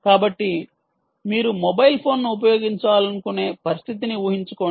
కాబట్టి మీరు మొబైల్ ఫోన్ను ఉపయోగించాలనుకునే పరిస్థితిని ఊహించుకోండి